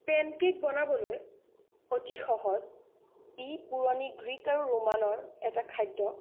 PAN cake বনাবলৈ অতি সহজ ই পুৰণি গ্ৰীক আৰু ৰোমানৰ এটা খাদ্য